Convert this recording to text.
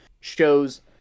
shows